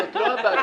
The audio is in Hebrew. אז זאת לא היחידה.